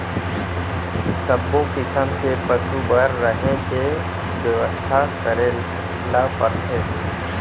सब्बो किसम के पसु बर रहें के बेवस्था करे ल परथे